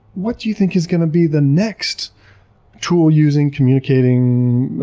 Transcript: what do you think is going to be the next tool-using communicating